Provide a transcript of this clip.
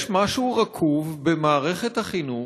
יש משהו רקוב במערכת החינוך,